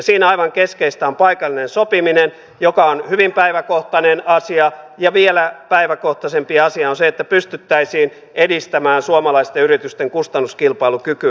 siinä aivan keskeistä on paikallinen sopiminen joka on hyvin päivänkohtainen asia ja vielä päivänkohtaisempi asia on se että pystyttäisiin edistämään suomalaisten yritysten kustannuskilpailukykyä